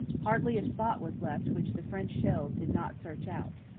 hardly a spot was left which the french shells did not search out.